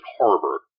Harvard